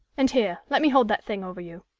and here, let me hold that thing over you.